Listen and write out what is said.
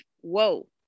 whoa